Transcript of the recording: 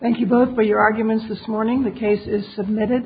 thank you both for your arguments this morning the case is submitted